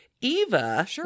Eva